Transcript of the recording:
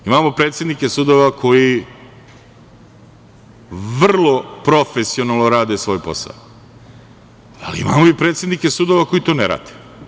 Imamo predsednike sudova koji vrlo profesionalno rade svoj posao, ali imamo i predsednike sudova koji to ne rade.